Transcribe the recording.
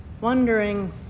wondering